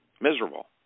miserable